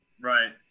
Right